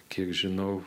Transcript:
kiek žinau